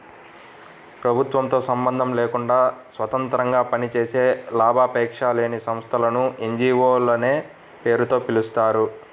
ప్రభుత్వంతో సంబంధం లేకుండా స్వతంత్రంగా పనిచేసే లాభాపేక్ష లేని సంస్థలను ఎన్.జీ.వో లనే పేరుతో పిలుస్తారు